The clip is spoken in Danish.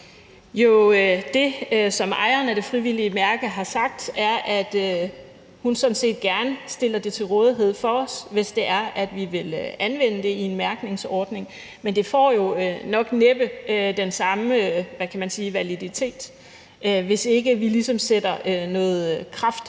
Jo, det, som ejeren af det frivillige mærke har sagt, er, at hun sådan set gerne stiller det til rådighed for os, hvis det er, at vi vil anvende det i en mærkningsordning. Men det får jo nok næppe den samme validitet, hvis ikke vi sætter noget kraft